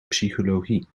psychologie